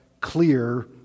clear